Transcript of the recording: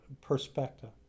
Perspective